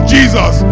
Jesus